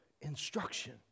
instruction